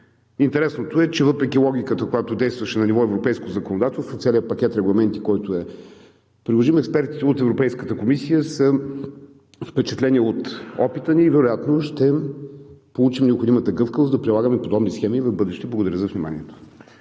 Интересното е, че въпреки логиката, която действаше на ниво европейско законодателство, целият пакет регламенти, който е приложим, експертите от Европейската комисия са впечатлени от опита ни и вероятно ще получим необходимата гъвкавост да прилагаме подобни схеми и в бъдеще. Благодаря за вниманието.